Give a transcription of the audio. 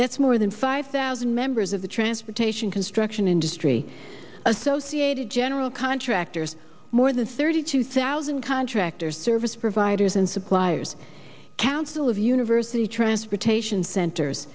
that's more than five thousand members of the transportation construction industry associated general contractors more than thirty two thousand contractors service providers and suppliers council of university transportation cent